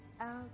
out